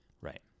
Right